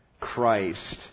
Christ